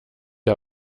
der